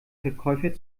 verkäufer